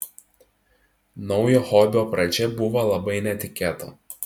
naujo hobio pradžia būva labai netikėta